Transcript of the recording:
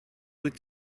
wyt